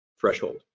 threshold